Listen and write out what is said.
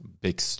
big